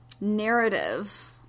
narrative